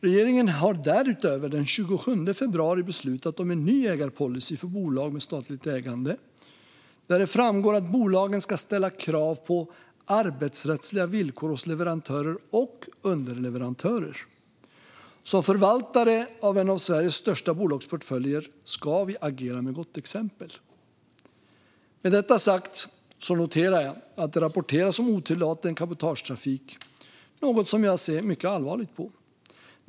Regeringen har därutöver den 27 februari beslutat om en ny ägarpolicy för bolag med statligt ägande, där det framgår att bolagen ska ställa krav på arbetsrättsliga villkor hos leverantörer och underleverantörer. Som förvaltare av en av Sveriges största bolagsportföljer ska vi agera med gott exempel. Med detta sagt noterar jag att det rapporteras om otillåten cabotagetrafik, något som jag ser mycket allvarligt på.